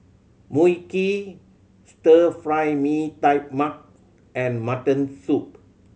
Mui Kee Stir Fry Mee Tai Mak and mutton soup